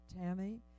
Tammy